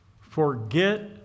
forget